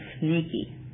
sneaky